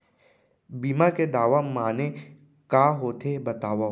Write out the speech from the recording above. बीमा के दावा माने का होथे बतावव?